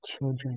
children